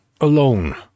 alone